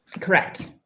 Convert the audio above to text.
Correct